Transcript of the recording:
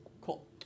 Cool